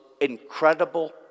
incredible